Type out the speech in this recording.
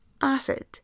acid